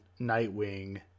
Nightwing